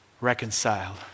reconciled